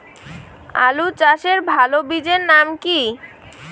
আলু চাষের ভালো বীজের নাম কি?